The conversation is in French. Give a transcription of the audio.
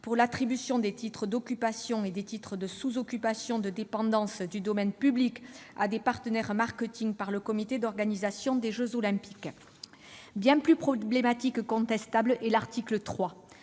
pour l'attribution des titres d'occupation et des titres de sous-occupation de dépendances du domaine public à des partenaires marketing par le comité d'organisation des jeux Olympiques. Bien plus problématique et contestable est l'article 3.